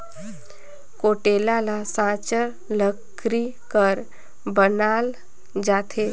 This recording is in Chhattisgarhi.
कुटेला ल साचर लकरी कर बनाल जाथे